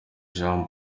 jean